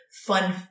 fun